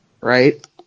Right